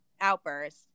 outburst